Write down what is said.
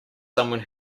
someone